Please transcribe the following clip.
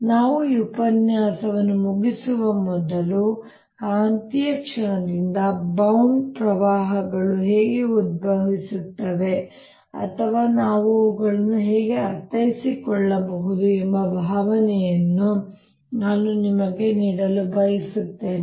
ನಾವು ಈ ಉಪನ್ಯಾಸವನ್ನು ಮುಗಿಸುವ ಮೊದಲು ಕಾಂತೀಯ ಕ್ಷಣಗಳಿಂದ ಬೌಂಡ್ ಪ್ರವಾಹಗಳು ಹೇಗೆ ಉದ್ಭವಿಸುತ್ತವೆ ಅಥವಾ ನಾವು ಅವುಗಳನ್ನು ಹೇಗೆ ಅರ್ಥೈಸಿಕೊಳ್ಳಬಹುದು ಎಂಬ ಭಾವನೆಯನ್ನು ನಾನು ನಿಮಗೆ ನೀಡಲು ಬಯಸುತ್ತೇನೆ